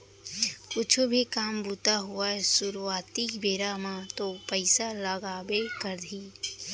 कुछु भी काम बूता होवय सुरुवाती बेरा म तो पइसा लगबे करही